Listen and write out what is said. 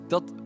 Dat